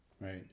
right